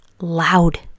loud